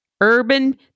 Urban